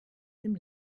dem